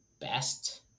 best